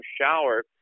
shower